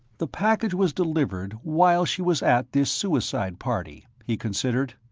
the package was delivered while she was at this suicide party, he considered.